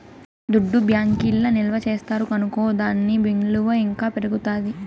దుడ్డు బ్యాంకీల్ల నిల్వ చేస్తారు కనుకో దాని ఇలువ ఇంకా పెరుగుతాది